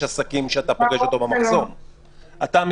עצמאי כנגד הסגר ולכן הוא נוסע ממקום למקום זה דבר